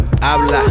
habla